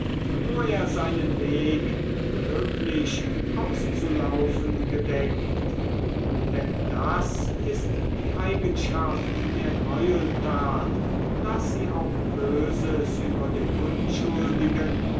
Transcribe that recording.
wo er seinen weg glücklich auszulaufen gedenkt denn das ist die eigenschaft der greueltat daß sie auch böses über den unschuldigen